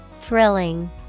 thrilling